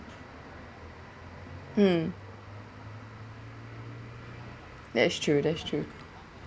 mm that's true that's true